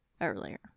earlier